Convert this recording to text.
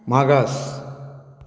मागास